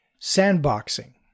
Sandboxing